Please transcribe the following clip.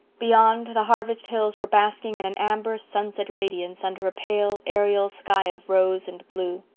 beyond, the harvest hills were basking in an amber sunset radiance, under a pale, aerial sky of rose and blue.